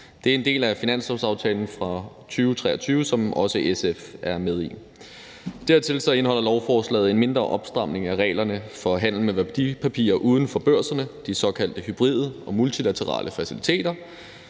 Det er en del af finanslovsaftalen for 2023, som også SF er med i. Derudover indeholder lovforslaget en mindre opstramning af reglerne for handel med værdipapirer uden for børserne, de såkaldte hybride og multilaterale faciliteter,